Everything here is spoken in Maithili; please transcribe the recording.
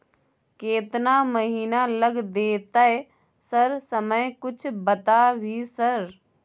केतना महीना लग देतै सर समय कुछ बता भी सर?